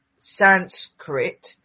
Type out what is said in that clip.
sanskrit